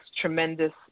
tremendous